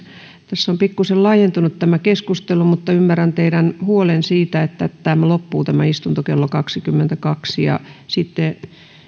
tässä on pikkuisen laajentunut tämä keskustelu mutta ymmärrän teidän huolenne siitä että tämä istunto loppuu kello kaksikymmentäkaksi ja